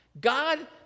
god